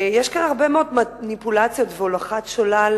יש כאן הרבה מאוד מניפולציות והולכת שולל,